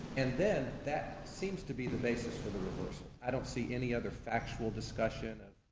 and then that seems to be the basis for the reverse. i don't see any other factual discussion. that